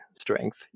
strength